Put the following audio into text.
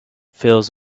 fills